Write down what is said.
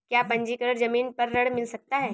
क्या पंजीकरण ज़मीन पर ऋण मिल सकता है?